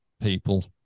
People